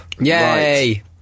Yay